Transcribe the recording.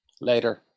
later